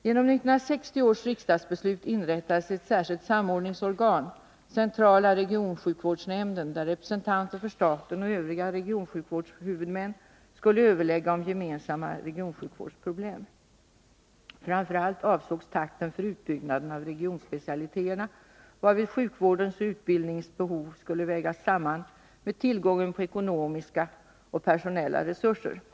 Genom 1960 års riksdagsbeslut inrättades ett särskilt samordningsorgan, centrala regionsjukvårdsnämnden, där representanter för staten och övriga regionsjukvårdshuvudmän skulle överlägga om gemensamma regionsjukvårdsproblem. Framför allt avsågs takten för utbyggnaden av regionsspecialiteterna, varvid sjukvårdens och utbildningens behov skulle vägas samman med tillgången på ekonomiska och personella resurser.